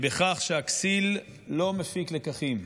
הוא בכך שהכסיל לא מפיק לקחים,